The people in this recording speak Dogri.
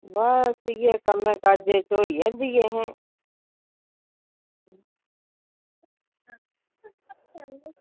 बस इयै कम्में काजें च होई जंदी ऐहें